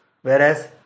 whereas